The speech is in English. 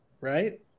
right